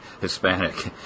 Hispanic